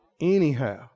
Anyhow